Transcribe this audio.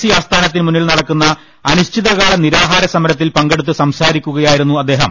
C ആസ്ഥാനത്തിനു മുമ്പിൽ നട ക്കുന്ന അനിശ്ചിതകാല നിരാഹാര സമരത്തിൽ പങ്കെടുത്ത് സംസാരിക്കുകയായിരുന്നു അദ്ദേഹം